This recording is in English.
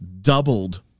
doubled